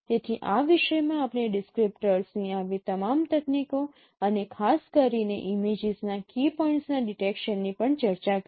તેથી આ વિષયમાં આપણે ડિસક્રીપ્ટર્સની આવી તમામ તકનીકો અને ખાસ કરીને ઇમેજીસના કી પોઇન્ટ્સના ડિટેકશનની પણ ચર્ચા કરી